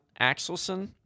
Axelson